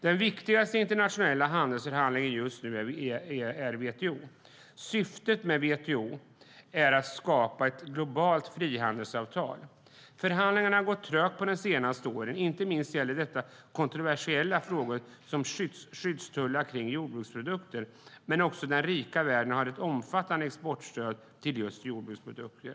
Den just nu viktigaste internationella handelsförhandlingen är den inom WTO. Syftet med WTO är att skapa ett globalt frihandelsavtal. Förhandlingarna har gått trögt de senaste åren. Inte minst gäller det kontroversiella frågor som skyddstullar för jordbruksprodukter; den rika världen ger omfattande exportstöd till jordbruksprodukter.